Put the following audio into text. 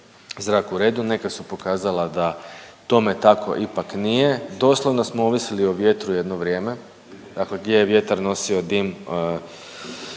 zrak u redu, neka su pokazala da tome tako ipak nije doslovno smo ovisili o vjetru jedno vrijeme, dakle gdje je vjetar nosio dim